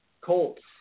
Colts